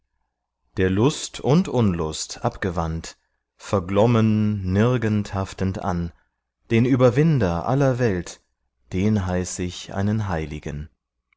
der lust und unlust abgewandt verglommen nirgend haftend an den überwinder aller welt den heiß ich einen heiligen